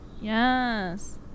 Yes